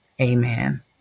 Amen